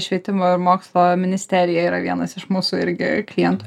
švietimo ir mokslo ministerija yra vienas iš mūsų irgi klientų